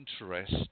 interest